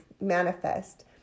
manifest